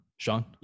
Sean